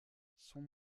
son